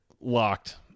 locked